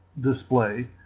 display